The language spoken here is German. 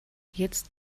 jetzt